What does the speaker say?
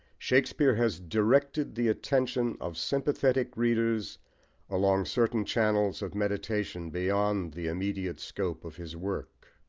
shakespeare has directed the attention of sympathetic readers along certain channels of meditation beyond the immediate scope of his work.